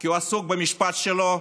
כי הוא עסוק במשפט שלו,